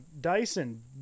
Dyson